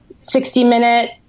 60-minute